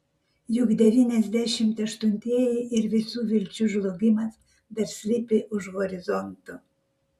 juk devyniasdešimt aštuntieji ir visų vilčių žlugimas dar slypi už horizonto